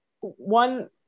one